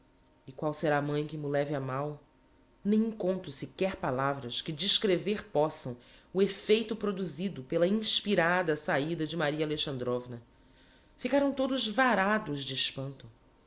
e qual será a mãe que m'o leve a mal nem encontro sequer palavras que descrever possam o effeito produzido pela inspirada saída de maria alexandrovna ficaram todos varados de espanto